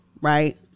right